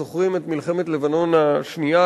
אנחנו זוכרים את מלחמת לבנון השנייה,